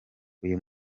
uyu